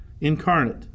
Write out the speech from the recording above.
incarnate